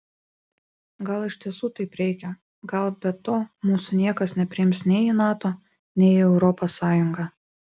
gal iš tiesų taip reikia gal be to mūsų niekas nepriims nei į nato nei į europos sąjungą